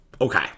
Okay